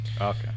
Okay